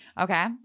Okay